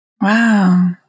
Wow